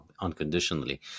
unconditionally